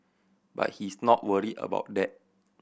but he's not worried about that